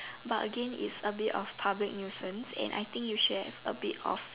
but again is a bit of public nuisance and I think you should have a bit of